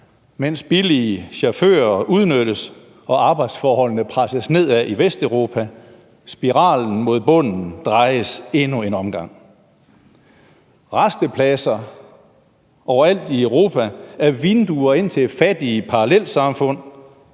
mens billige chauffører udnyttes og arbejdsforholdene presses i nedadgående retning i Vesteuropa. Spiralen mod bunden drejes endnu en omgang. Rastepladser overalt i Europa er vinduer ind til fattige parallelsamfund.